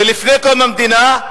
ולפני קום המדינה,